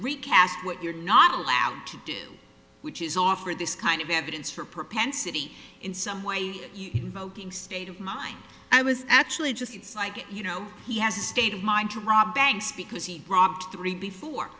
recast what you're not allowed to do which is offer this kind of evidence for propensity in some way voting state of mind i was actually just like you know he has a state of mind to rob banks because he dropped three before